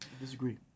disagree